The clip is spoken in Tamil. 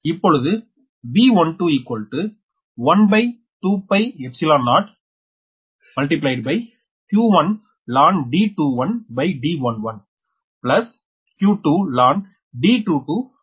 இப்பொழுது V12120 q1lnD21D11 q2lnD22D12volt